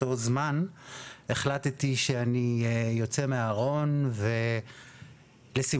באותו הזמן החלטתי שאני יוצא מהארון ולשמחתי,